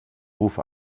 rufe